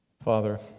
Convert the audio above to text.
Father